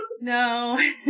No